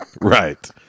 right